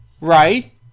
right